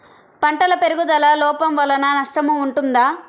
పంటల పెరుగుదల లోపం వలన నష్టము ఉంటుందా?